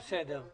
בסדר.